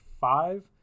five